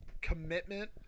commitment